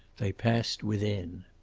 they passed within.